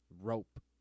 rope